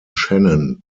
shannon